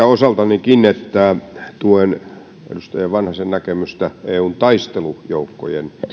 osaltanikin että tuen edustaja vanhasen näkemystä eun taistelujoukkojen